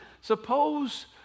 Suppose